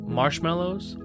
marshmallows